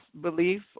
belief